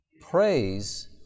praise